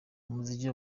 umuziki